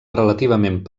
relativament